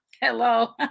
hello